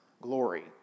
glory